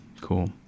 cool